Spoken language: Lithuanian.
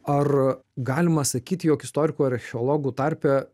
ar galima sakyt jog istorikų ir archeologų tarpe